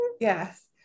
Yes